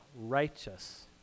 righteous